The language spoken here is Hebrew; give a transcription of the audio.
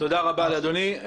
תודה רבה לאדוני.